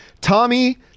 Tommy